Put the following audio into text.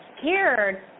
scared